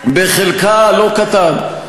בחלקה הלא-קטן.